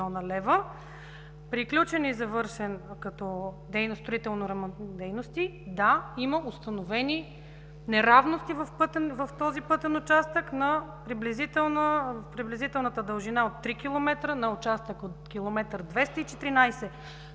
приключен и завършен като строително-ремонтни дейности – да, има установени неравности в този пътен участък на приблизителната дължина от 3 км на участък от километър